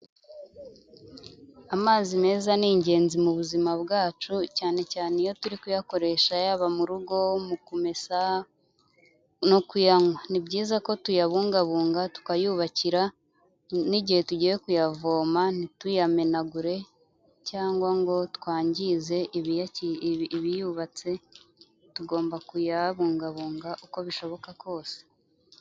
Amazi meza ni ingenzi mu buzima bwacu cyane cyane iyo turi kuyakoresha, yaba mu rugo, mu kumesa no kuyanywa. Ni byiza ko tuyabungabunga tukayubakira n'igihe tugiye kuyavoma ntituyamenagure cyangwa ngo twangize ibiyubatse, tugomba kuyabungabunga uko bishoboka kose.